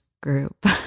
group